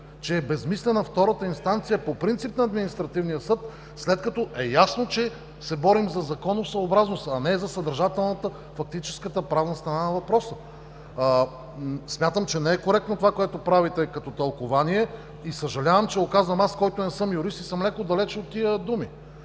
че е безсмислена по принцип втората инстанция на Административния съд, след като е ясно, че се борим за законосъобразност, а не за съдържателната, фактическата правна страна на въпроса. Смятам, че не е коректно това, което правите като тълкувание. Съжалявам, че го казвам аз, който не съм юрист и съм леко далече от тези думи.